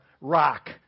rock